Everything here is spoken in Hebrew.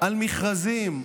על מכרזים,